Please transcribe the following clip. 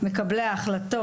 מקבלי ההחלטות,